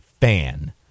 fan